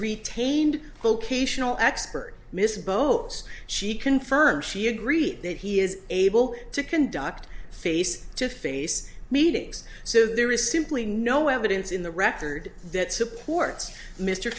retained vocational expert mrs bowse she confirmed she agreed that he is able to conduct face to face meetings so there is simply no evidence in the record that supports mr